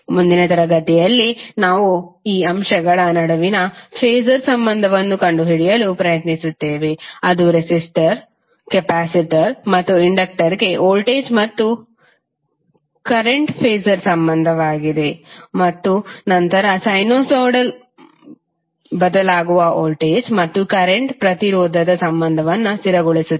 ಮುಂದಿನ ತರಗತಿಯಲ್ಲಿ ನಾವು ಈ ಅಂಶಗಳ ನಡುವಿನ ಫಾಸರ್ ಸಂಬಂಧವನ್ನು ಕಂಡುಹಿಡಿಯಲು ಪ್ರಯತ್ನಿಸುತ್ತೇವೆ ಅದು ರೆಸಿಸ್ಟರ್ ಕೆಪಾಸಿಟರ್ ಮತ್ತು ಇಂಡಕ್ಟರ್ಗೆ ವೋಲ್ಟೇಜ್ ಮತ್ತು ಕರೆಂಟ್ ಫಾಸರ್ ಸಂಬಂಧವಾಗಿದೆ ಮತ್ತು ನಂತರ ಸೈನುಸೈಡಲ್ ಬದಲಾಗುವ ವೋಲ್ಟೇಜ್ ಮತ್ತು ಕರೆಂಟ್current ಪ್ರತಿರೋಧದ ಸಂಬಂಧವನ್ನು ಸ್ಥಿರಗೊಳಿಸುತ್ತೇವೆ